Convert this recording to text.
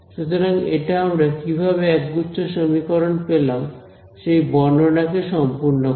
সুতরাং এটা আমরা কিভাবে একগুচ্ছ সমীকরণ পেলাম সেই বর্ননাকে সম্পূর্ণ করে